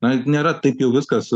na nėra taip jau viskas